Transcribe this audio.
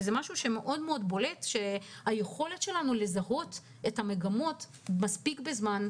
היכולת שלנו לזהות את המגמות מספיק בזמן,